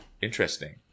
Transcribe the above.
interesting